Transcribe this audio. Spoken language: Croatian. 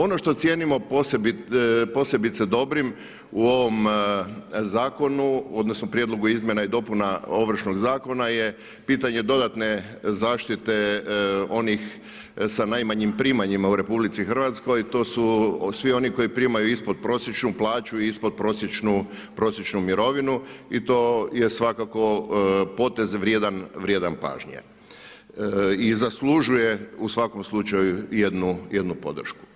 Ono što cijenimo posebice dobrim u ovom prijedlogu izmjena i dopuna Ovršnog zakona je pitanje dodatne zaštite onih sa najmanjim primanjima u RH, to su svi oni koji primaju ispodprosječnu plaću i ispodprosječnu mirovinu i to je svakako potez vrijedan pažnje i zaslužuje u svakom slučaju jednu podršku.